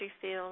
field